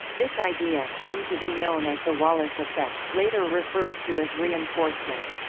this idea came to be known as the wallace effect, later referred to as reinforcement.